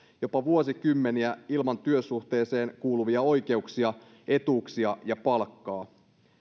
jopa vuosikymmeniä ilman työsuhteeseen kuuluvia oikeuksia etuuksia ja palkkaa